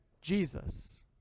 Jesus